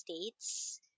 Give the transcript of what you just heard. States